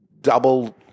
double